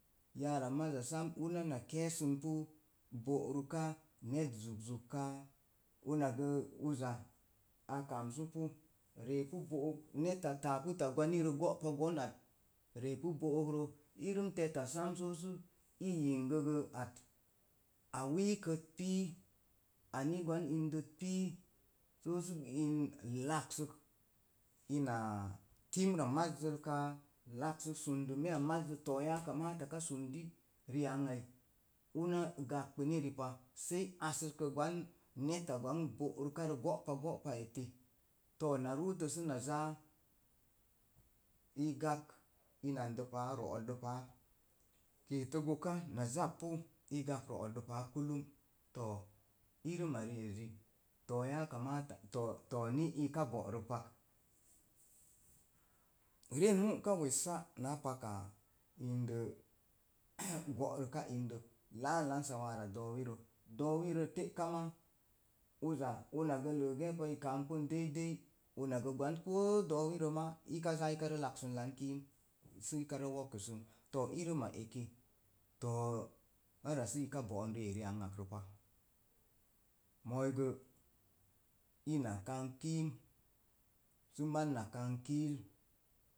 Yara maza sam una na keesən pu bo’ rəka net zugzug kaa, una gə uza a kamsupu, reepu bo'ok neta taapət ta gwamirə go'pa gon at. Reepu bo'ok rə, irəm teta sam so sə i yingə gə at, a wiikət pii, ani gwan indət pii, so sə laksək, inaa timra mazzəl kaa, laksək sundume a mazzə too yaa kamata ka sundii ri'ang ai, uni gagbəni ripa. Sai assəskə gwan neta gwan bo'rəka rə go'pa go'pa eti. Too na runtə səna zaa, i gak inandə paa, ro'ollə paa, keetə goka, na zappu, i gak ro'oka paa kullum. Too irəm a ri'ezi too yaakamata to to ni ika bo'rə pak. Ren mu'ka wessa naa pakaa, indo go'rəka indok, laanlan sawara doowi rə. Doowi rə, doowi rə te'ka ma, uza unagə ləə geepa i kangbən deidei, una gwan koo doowi rə ma ika za ika laksən lan kiim sii ka rə wokəsən. Too irəm a eki, too ara suka boon reeri ang ak rəpa. Mooi gə, una kan kiim, sə maz na kan kuz